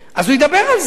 הוא ידבר על זה.